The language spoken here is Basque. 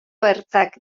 ertzak